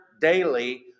daily